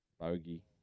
Bogey